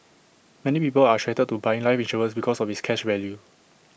many people are attracted to buying life insurance because of its cash value